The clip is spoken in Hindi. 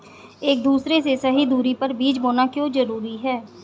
एक दूसरे से सही दूरी पर बीज बोना क्यों जरूरी है?